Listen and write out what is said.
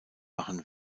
machen